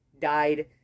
died